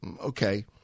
Okay